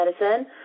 medicine